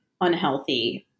unhealthy